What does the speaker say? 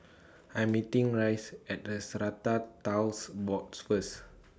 I'm meeting Reese At The Strata Titles Boards First